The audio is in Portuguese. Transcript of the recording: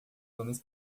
homens